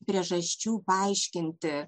priežasčių paaiškinti